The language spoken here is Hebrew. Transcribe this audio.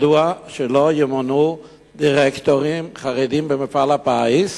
מדוע לא ימונו דירקטורים חרדים במפעל הפיס?